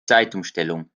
zeitumstellung